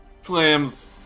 slams